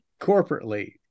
Corporately